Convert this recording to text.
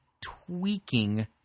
tweaking